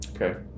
Okay